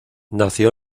nació